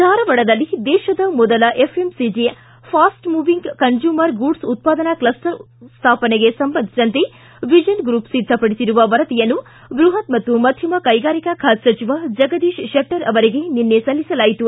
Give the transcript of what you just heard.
ಧಾರವಾಡದಲ್ಲಿ ದೇಶದ ಮೊದಲ FMCG fast moving consumer goods ಉತ್ಪಾದನಾ ಕ್ಷಸ್ಸರ್ ಸ್ವಾಪನೆಗೆ ಸಂಬಂಧಿಸಿದಂತೆ ವಿಜನ್ ಗ್ರೂಪ್ ಸಿದ್ಧಪಡಿಸಿರುವ ವರದಿಯನ್ನು ಬೃಪತ್ ಮತ್ತು ಮಧ್ಯಮ ಕೈಗಾರಿಕಾ ಖಾತೆ ಸಚಿವ ಜಗದೀಶ್ ಶೆಟ್ಟರ್ ಅವರಿಗೆ ನಿನ್ನೆ ಸಲ್ಲಿಸಲಾಯಿತು